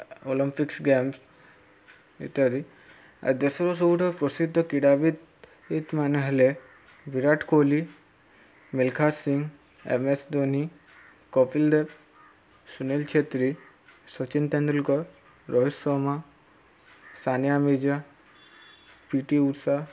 Olympics game ଇତ୍ୟାଦି ଆ ଦେଶର ସବୁଠାରୁ ପ୍ରସିଦ୍ଧ କ୍ରୀଡ଼ାବିତ୍ ମାନେ ହେଲେ ବିରାଟ କୋହଲି ମିଲ୍ଖା ସିଂ ଏମ୍ଏସ୍ ଧୋନି କପିଲ ଦେବ ସୁନୀଲ ଛେତ୍ରୀ ସଚିନ ତେନ୍ଦୁଲକର ରୋହିତ ଶର୍ମା ସାନିଆ ମିର୍ଜା ପିଟି ଉଷା